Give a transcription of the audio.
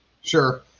Sure